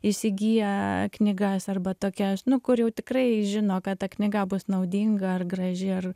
įsigyja knygas arba tokia nu kur jau tikrai žino kad ta knyga bus naudinga ar graži ar